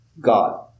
God